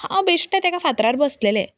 हांव बेश्टेंच एका फातरार बशिल्लें